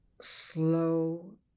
slow